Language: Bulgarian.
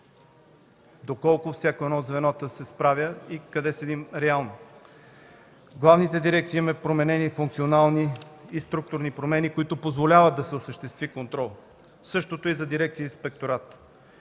доколко всяко едно от звената се справя и къде седим реално. В главните дирекции имаме променени функционални и структурни промени, които позволяват да се осъществи контрол. Същото е и за дирекция „Инспекторат”.